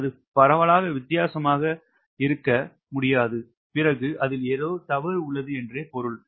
அது பரவலாக வித்தியாசமாக செய்ய முடியாது பிறகு ஏதோ தவறு உள்ளது என்றே பொருள்